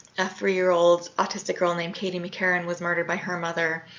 a three-year-old autistic girl named katy mccarren was murdered by her mother.